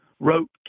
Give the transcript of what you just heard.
wrote